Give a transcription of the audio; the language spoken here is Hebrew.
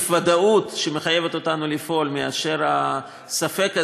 עדיפה ודאות שמחייבת אותנו לפעול מאשר הספק הזה,